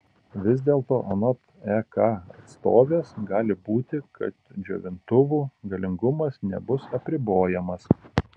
vis dėlto anot ek atstovės gali būti kad džiovintuvų galingumas nebus apribojamas